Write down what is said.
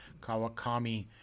Kawakami